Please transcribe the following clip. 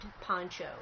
poncho